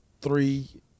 Three